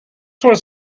was